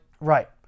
right